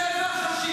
טבח 7